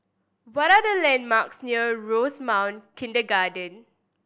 what are the landmarks near Rosemount Kindergarten